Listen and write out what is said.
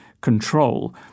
control